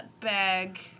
bag